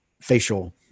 facial